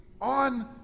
on